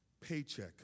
paycheck